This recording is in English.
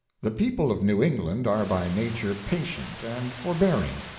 the people of new england are by nature patient and forbearing,